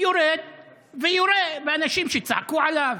יורה ויורה באנשים שצעקו עליו,